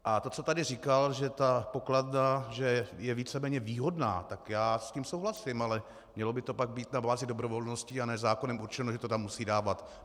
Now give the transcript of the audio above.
A to, co tady říkal, že ta pokladna je víceméně výhodná, tak já s tím souhlasím, ale mělo by to pak být na bázi dobrovolnosti, a ne zákonem určeno, že to tam musí dávat.